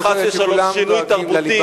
אני אומר, חס ושלום שינוי תרבותי.